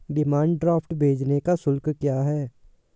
Demand draft भेजने का शुल्क क्या है?